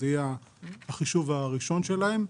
זה יהיה חישוב הראשון שלהן.